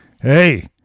Hey